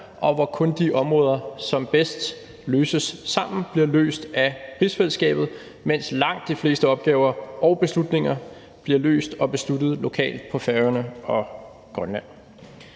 og hvor kun de områder, som bedst løses sammen, bliver løst af rigsfællesskabet, mens langt de fleste opgaver og beslutninger bliver løst og besluttet lokalt på Færøerne og i Grønland.